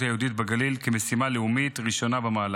היהודית בגליל כמשימה לאומית ראשונה במעלה,